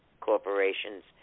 corporations